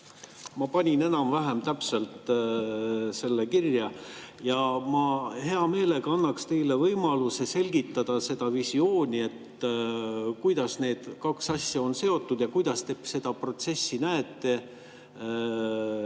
Ma panin enam-vähem täpselt selle kirja ja ma hea meelega annan teile võimaluse selgitada seda visiooni. Kuidas need kaks asja on seotud? Kuidas te seda protsessi näete? Ja